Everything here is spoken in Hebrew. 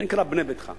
זה נקרא "בנה ביתך".